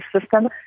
system